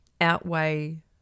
outweigh